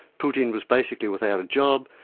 putin was basically without a job,